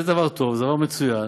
זה דבר טוב, זה דבר מצוין,